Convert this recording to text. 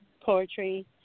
poetry